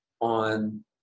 on